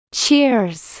cheers